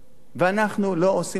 ואנחנו לא עושים מספיק.